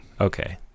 Okay